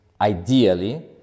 ideally